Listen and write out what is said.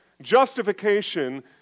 justification